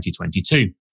2022